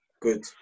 good